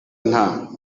nta